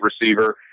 receiver